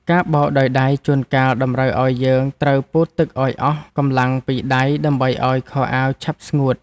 ការបោកដោយដៃជួនកាលតម្រូវឱ្យយើងត្រូវពូតទឹកឱ្យអស់កម្លាំងពីដៃដើម្បីឱ្យខោអាវឆាប់ស្ងួត។